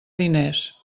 diners